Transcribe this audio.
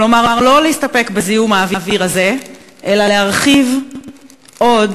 כלומר לא להסתפק בזיהום האוויר הזה אלא להרחיב עוד